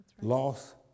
loss